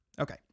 Okay